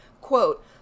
quote